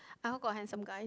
I hope got handsome guys